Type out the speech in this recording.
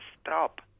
stop